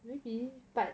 may be but